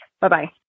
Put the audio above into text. Bye-bye